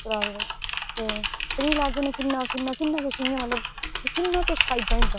चला दे नै ते फ्री लाज़ै किन्ना किश मतलव किन्ना किन्ना किश फायदा होई जंदा